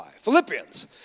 Philippians